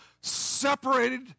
separated